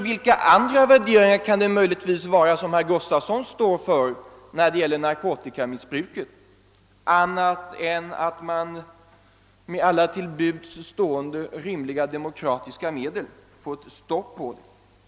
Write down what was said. Vilka andra värderingar kan det möjligtvis vara som herr Gustavsson står för när det gäller narkotikamissbruket annat än att man med alla till buds stående rimliga demokratiska medel måste få ett stopp på det?